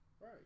right